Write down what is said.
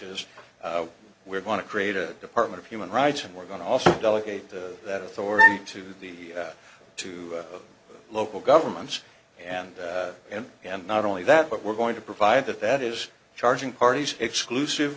is we're going to create a department of human rights and we're going to also delegate to that authority to the two local governments and in the end not only that but we're going to provide that that is charging parties exclusive